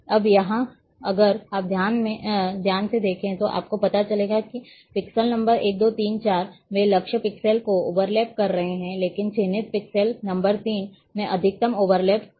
अब यहाँ अगर आप ध्यान से देखें तो आपको पता चलेगा कि पिक्सेल नंबर 1 2 3 और 4 वे लक्ष्य पिक्सेल को ओवरलैप कर रहे हैं लेकिन चिह्नित पिक्सेल नंबर 3 में अधिकतम ओवरलैप है जो लक्ष्य पिक्सेल है